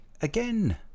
again